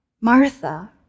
Martha